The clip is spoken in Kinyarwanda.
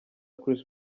chris